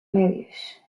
medios